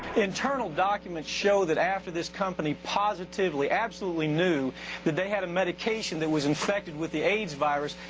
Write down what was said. internal documents show that after this company positively absolutely knew that they had a medication that was infected with the aids virus,